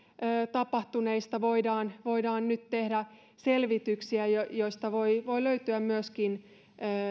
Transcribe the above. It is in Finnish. tapahtuneista voidaan voidaan nyt tehdä selvityksiä joista voi voi löytyä myöskin